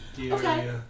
Okay